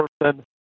person